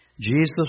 Jesus